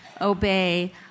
obey